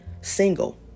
single